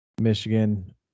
Michigan